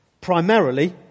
primarily